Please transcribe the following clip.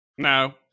No